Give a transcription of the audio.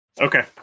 Okay